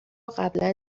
قبلا